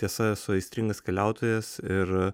tiesa esu aistringas keliautojas ir